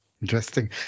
Interesting